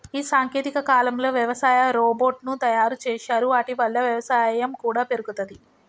ఈ సాంకేతిక కాలంలో వ్యవసాయ రోబోట్ ను తయారు చేశారు వాటి వల్ల వ్యవసాయం కూడా పెరుగుతది